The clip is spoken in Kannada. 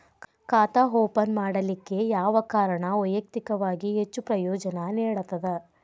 ಖಾತಾ ಓಪನ್ ಮಾಡಲಿಕ್ಕೆ ಯಾವ ಕಾರಣ ವೈಯಕ್ತಿಕವಾಗಿ ಹೆಚ್ಚು ಪ್ರಯೋಜನ ನೇಡತದ?